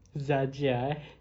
zajiah eh